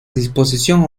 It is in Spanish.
disposición